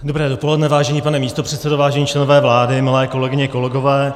Dobré dopoledne, vážený pane místopředsedo, vážení členové vlády, milé kolegyně, kolegové.